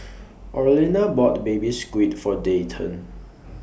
Orlena bought Baby Squid For Dayton